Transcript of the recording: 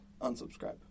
Unsubscribe